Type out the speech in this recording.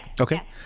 okay